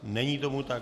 Není tomu tak.